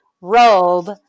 robe